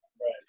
Right